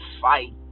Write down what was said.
fight